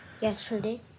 Yesterday